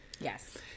Yes